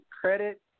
credit